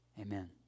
Amen